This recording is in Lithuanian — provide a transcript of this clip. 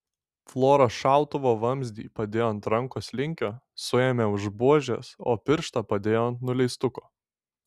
flora šautuvo vamzdį padėjo ant rankos linkio suėmė už buožės o pirštą padėjo ant nuleistuko